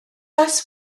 oes